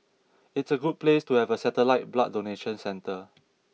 it's a good place to have a satellite blood donation centre